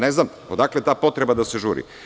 Ne znam odakle ta potreba da se žuri.